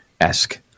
esque